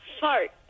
fart